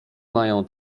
mają